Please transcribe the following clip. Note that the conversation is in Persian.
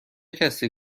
کسی